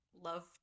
love